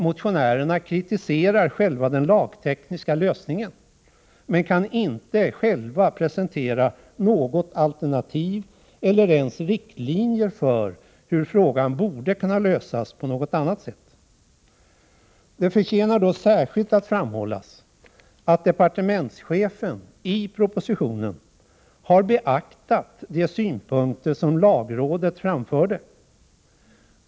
Motionärerna kritiserar den lagtekniska lösningen, men kan inte själva presentera något alternativ till eller ens riktlinjer för en annan lösning. Det förtjänar att särskilt framhållas att departementschefen i propositionen har beaktat de synpunkter som lagrådet framfört.